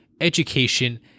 education